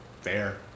Fair